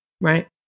Right